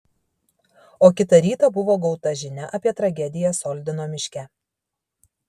o kitą rytą buvo gauta žinia apie tragediją soldino miške